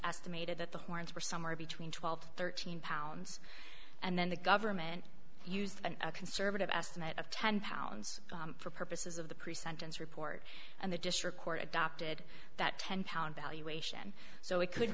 estimated that the horns were somewhere between twelve thirteen pounds and then the government used a conservative estimate of ten pounds for purposes of the pre sentence report and the district court adopted that ten pound valuation so it could